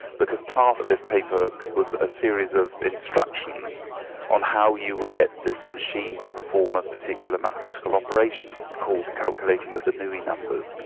because part of this paper was a series of instructions on how you would get this machine to perform a particular mathematical operation called calculating the bernoulli numbers.